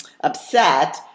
upset